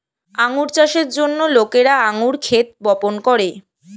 আঙ্গুর চাষের জন্য লোকেরা আঙ্গুর ক্ষেত বপন করে